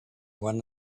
one